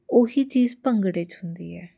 ਉਹੀ ਚੀਜ਼ ਭੰਗੜੇ 'ਚ ਹੁੰਦੀ ਹੈ